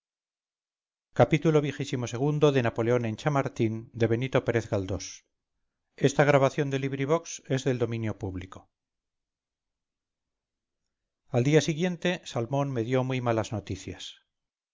xxvii xxviii xxix napoleón en chamartín de benito pérez galdós al día siguiente salmón me dio muy malas noticias